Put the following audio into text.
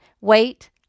Wait